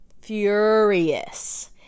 furious